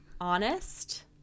honest